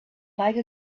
like